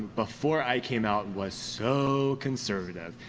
before i came out, was so conservativative.